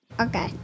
Okay